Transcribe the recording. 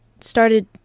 started